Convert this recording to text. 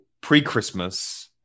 pre-Christmas